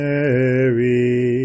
Mary